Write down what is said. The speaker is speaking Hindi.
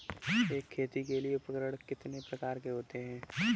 खेती के लिए उपकरण कितने प्रकार के होते हैं?